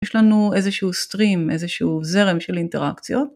יש לנו איזשהו סטרים, איזשהו זרם של אינטראקציות.